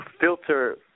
filter